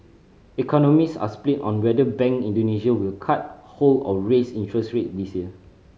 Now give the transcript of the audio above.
economist are split on whether Bank Indonesia will cut hold or raise interest rate this year